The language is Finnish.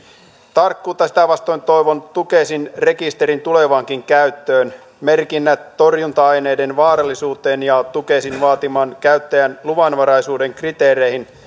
tarkkuutta sitä vastoin toivon tukesin rekisterin tulevaankin käyttöön merkinnät torjunta aineiden vaarallisuuteen ja tukesin vaatiman käyttäjän luvanvaraisuuden kriteereihin liittyen